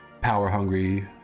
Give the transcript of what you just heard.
power-hungry